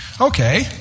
Okay